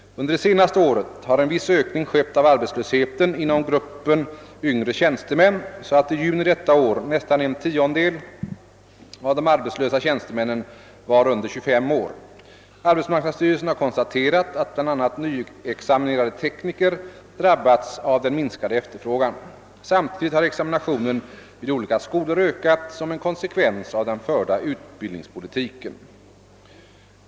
Under det senaste året har en viss ökning skett av arbetslösheten inom gruppen yngre tjänstemän, så att i juni detta år nästan en tiondel av de arbetslösa tjänstemännen var under 25 år. Arbetsmarknadsstyrelsen har konstaterat att bl.a. nyutexaminerade tekniker drabbats av den minskade efterfrågan. Samtidigt har examinationen vid olika skolor ökat som en konsekvens av den förda utbildningspolitiken.